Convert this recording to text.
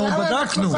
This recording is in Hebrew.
בדקנו.